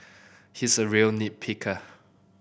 he's a real nit picker